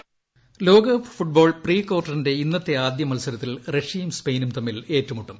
theme song ലോകകപ്പ് football pre കാർട്ടറിന്റെ ഇന്നത്തെ ആദ്യമൽസരത്തിൽ റഷ്യയും സ്പെയിനും തമ്മിൽ ഏറ്റുമുട്ടും